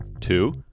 Two